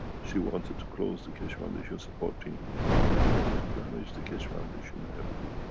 she wanted to close the keshe foundation support team to damage the keshe foundation heavily.